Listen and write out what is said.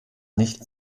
nicht